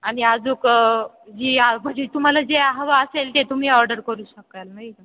आणि अजून जी म्हणजे तुम्हाला जे हवं असेल ते तुम्ही ऑर्डर करू शकाल नाही का